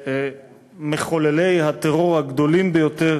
למחוללי הטרור הגדולים ביותר